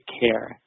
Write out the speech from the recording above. care